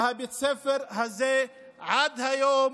ובית הספר הזה עד היום,